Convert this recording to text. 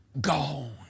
Gone